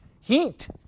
heat